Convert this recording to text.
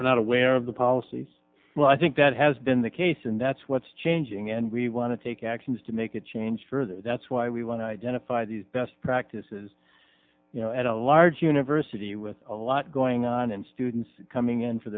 we're not aware of the policies well i think that has been the case and that's what's changing and we want to take actions to make a change for that's why we want to identify these best practices you know at a large university with a lot going on and students coming in for